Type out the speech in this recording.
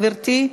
גברתי.